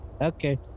Okay